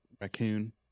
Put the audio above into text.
raccoon